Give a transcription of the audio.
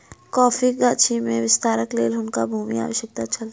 कॉफ़ीक गाछी में विस्तारक लेल हुनका भूमिक आवश्यकता छल